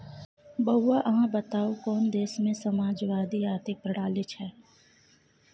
बौआ अहाँ बताउ कोन देशमे समाजवादी आर्थिक प्रणाली छै?